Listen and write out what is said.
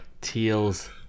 teals